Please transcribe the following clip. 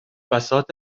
بساط